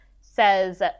says